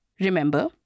Remember